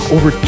Over